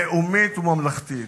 לאומית וממלכתית,